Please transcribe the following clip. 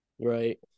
Right